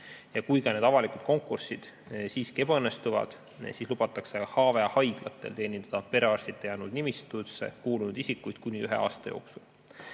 Kui ka need avalikud konkursid siiski ebaõnnestuvad, siis lubatakse ka HVA‑haiglatel teenindada perearstita jäänud nimistusse kuulunud isikuid kuni ühe aasta jooksul.